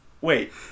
Wait